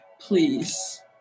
Please